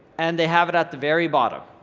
and they have it at the very bottom.